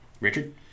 Richard